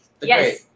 Yes